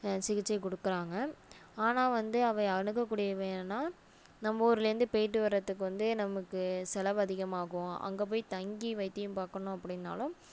சிகிச்சை கொடுக்குறாங்க ஆனால் வந்து அவை அணுகக்கூடியவையானா நம்ம ஊரில் இருந்து போயிட்டு வர்றதுக்கு வந்து நமக்கு செலவு அதிகமாகும் அங்கே போய் தங்கி வைத்தியம் பார்க்கணும் அப்படினாலும்